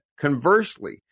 conversely